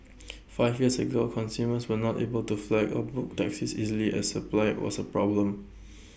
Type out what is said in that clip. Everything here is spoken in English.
five years ago consumers were not able to flag or book taxis easily as supply was A problem